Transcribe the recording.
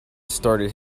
started